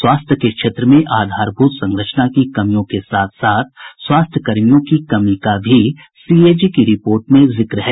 स्वास्थ्य के क्षेत्र में आधारभूत संरचना की कमियों के साथ साथ स्वास्थ्य कर्मियों की कमी का भी सीएजी की रिपोर्ट में जिक्र है